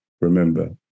remember